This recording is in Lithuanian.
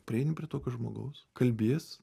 prieini prie tokio žmogaus kalbies